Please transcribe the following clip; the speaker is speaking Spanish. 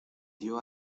dió